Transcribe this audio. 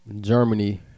Germany